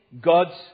God's